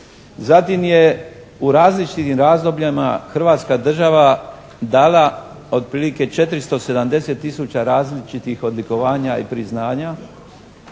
zatim je u različitim razdobljima Hrvatska država dala otprilike 470 tisuća različitih odlikovanja i priznanja,